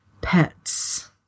pets